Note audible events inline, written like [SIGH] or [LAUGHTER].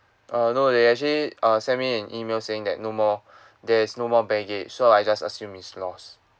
uh no they actually uh send me an email saying that no more [BREATH] there is no more baggage so I just assume is lost